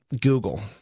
Google